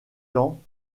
temps